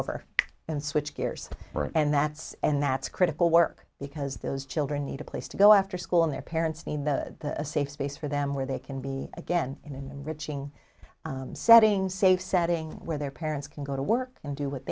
over and switch gears and that's and that's critical work because those children need a place to go after school and their parents need a safe space for them where they can be again in a rich ng setting safe setting where their parents can go to work and do what